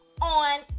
on